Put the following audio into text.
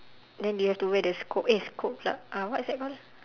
then they have to wear the scope eh scope pula uh what is that call